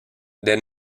then